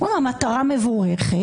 אומרים לו: המטרה מבורכת,